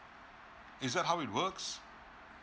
is that how it works